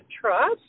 trust